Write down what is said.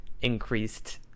increased